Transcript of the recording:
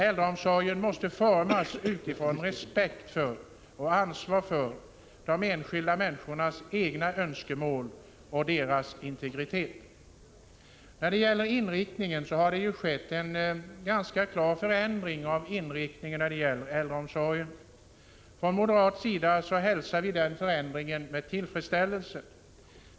Äldreomsorgen måste formas med respekt och ansvar för de enskilda människornas egna önskemål och deras krav på integritet. Det har skett en ganska klar förändring av inriktningen när det gäller äldreomsorgen. Från moderat sida hälsar vi den förändringen med tillfredsställelse.